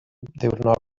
ddiwrnod